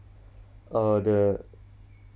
uh the